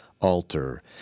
altar